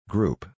Group